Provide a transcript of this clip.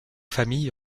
famille